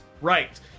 right